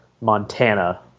Montana